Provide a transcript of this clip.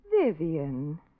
Vivian